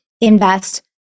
invest